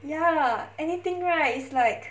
ya anything right is like